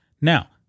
Now